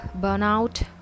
burnout